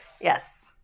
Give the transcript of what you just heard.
Yes